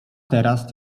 teraz